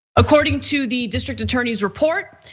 according to the district attorney's report,